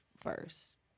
first